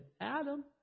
adam